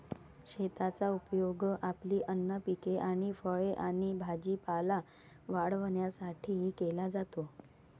शेताचा उपयोग आपली अन्न पिके आणि फळे आणि भाजीपाला वाढवण्यासाठी केला जातो